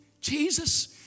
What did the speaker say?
Jesus